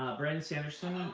brandon sanderson,